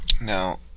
Now